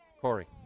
Corey